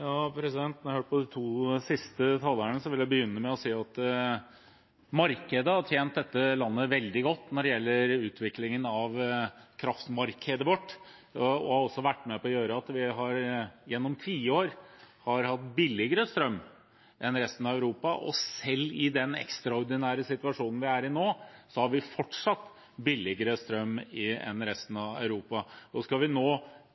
har hørt på de to siste talerne, vil jeg begynne med å si at markedet har tjent dette landet veldig godt når det gjelder utviklingen av kraftmarkedet vårt. Det har også vært med på å gjøre at vi gjennom tiår har hatt billigere strøm enn resten av Europa, og selv i den ekstraordinære situasjonen vi er i nå, har vi fortsatt billigere strøm enn resten av Europa. Skal vi nå